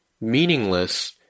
meaningless